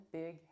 big